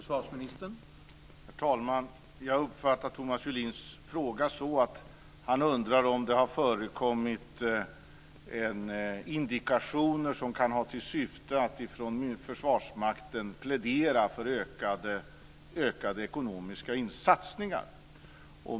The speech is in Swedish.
Herr talman! Jag uppfattar Thomas Julins fråga så att han undrar om det har förekommit indikationer som kan ha till syfte att från Försvarsmakten plädera för ökade ekonomiska satsningar.